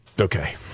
Okay